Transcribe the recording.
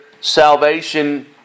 salvation